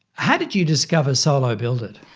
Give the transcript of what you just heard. how did you discover solo build it?